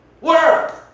Work